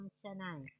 Chennai